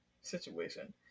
situation